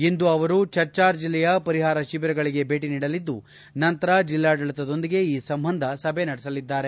ಇಂದು ಅವರು ಚಚ್ಚಾರ್ ಜಿಲ್ಲೆಯ ಪರಿಹಾರ ಶಿಬಿರಗಳಿಗೆ ಭೇಟಿ ನೀಡಲಿದ್ದು ನಂತರ ಜಿಲ್ಲಾಡಳಿತದೊಂದಿಗೆ ಈ ಸಂಬಂಧ ಸಭೆ ನಡೆಸಲಿದ್ದಾರೆ